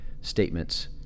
statements